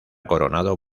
coronado